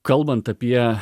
kalbant apie